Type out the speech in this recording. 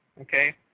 okay